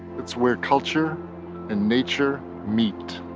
it's where culture and nature meet.